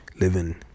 living